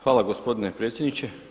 Hvala gospodine predsjedniče.